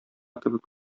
кебек